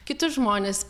kitus žmones